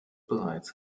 bereits